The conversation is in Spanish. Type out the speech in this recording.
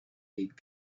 dick